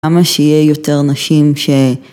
כמה שיהיה יותר נשים ש...